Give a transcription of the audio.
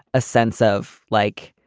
a sense of like.